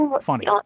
funny